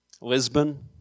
Lisbon